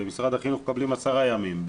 במשרד החינוך מקבלים עשרה ימים,